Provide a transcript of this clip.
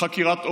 חקירת עומק,